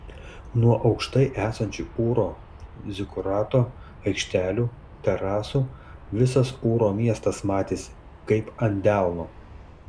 nuo aukštai esančių ūro zikurato aikštelių terasų visas ūro miestas matėsi kaip ant delno